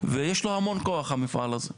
ויש לו המון כוח המפעל הזה,